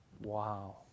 Wow